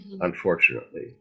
Unfortunately